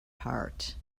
heart